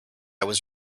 was